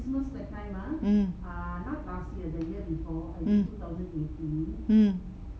mm mm mm